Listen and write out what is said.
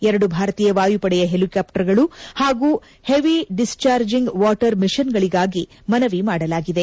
ಎರಡು ಭಾರತೀಯ ವಾಯುಪಡೆಯ ಪೆಲಿಕಾಫ್ಟರ್ಗಳು ಪಾಗೂ ಪೆವಿಡಿಸ್ವಾರ್ಜಿಂಗ್ ವಾಟರ್ ಮಿಷನ್ಗಳಿಗಾಗಿ ಮನವಿ ಮಾಡಲಾಗಿದೆ